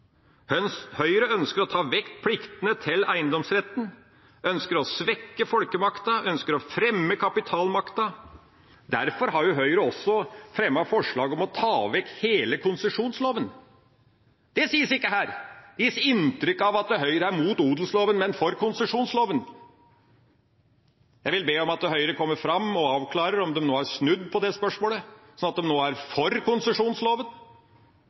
Høyre ønsker å ta vekk pliktene til eiendomsretten, ønsker å svekke folkemakta, ønsker å fremme kapitalmakta. Derfor har Høyre også fremmet forslag om å ta vekk hele konsesjonsloven. Det sies ikke her. Det gis inntrykk av at Høyre er mot odelsloven, men for konsesjonsloven. Jeg vil be om at Høyre kommer fram og avklarer om de nå har snudd i dette spørsmålet, om de nå er for konsesjonsloven.